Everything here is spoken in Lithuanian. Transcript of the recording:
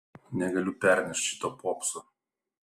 negaliu pernešt šito popso